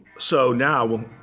so now,